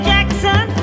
Jackson